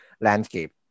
landscape